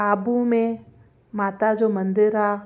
आबू में माता जो मंदिर आहे